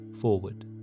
forward